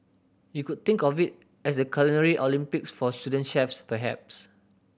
you could think of it as the Culinary Olympics for student chefs perhaps